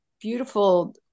beautiful